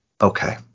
Okay